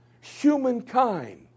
humankind